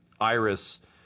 Iris